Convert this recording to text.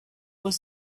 was